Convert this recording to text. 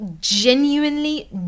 genuinely